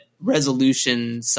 resolution